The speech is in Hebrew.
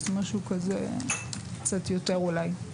50%, משהו כזה, קצת יותר אולי.